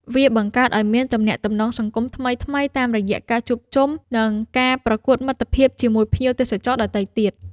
វាបង្កើតឱ្យមាន ទំនាក់ទំនងសង្គមថ្មីៗតាមរយៈការជួបជុំ និងការប្រកួតមិត្តភាពជាមួយភ្ញៀវទេសចរដទៃទៀត។